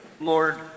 Lord